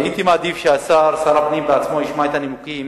הייתי מעדיף ששר הפנים בעצמו ישמע את הנימוקים